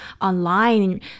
online